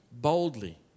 boldly